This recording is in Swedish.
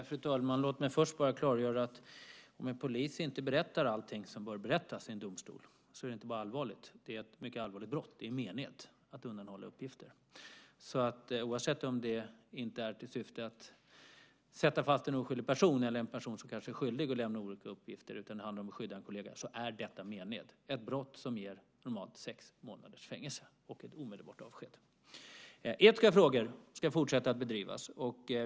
Fru talman! Låt mig först bara klargöra att om en polis inte berättar allting som bör berättas i en domstol, undanhåller uppgifter, är det inte bara allvarligt utan ett mycket allvarligt brott. Det är mened. Oavsett om det inte är i syfte att sätta fast en oskyldig person eller en person som kanske är skyldig som man lämnar oriktiga uppgifter, utan det handlar om att skydda en kollega, är detta mened, ett brott som normalt ger sex månaders fängelse och ett omedelbart avsked. Etiska frågor ska vi fortsätta att driva.